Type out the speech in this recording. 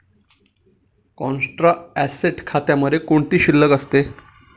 Contra asset खात्यामध्ये कोणती शिल्लक असते?